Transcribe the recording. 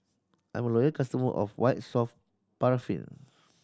I'm a loyal customer of White Soft Paraffin